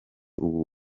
ubu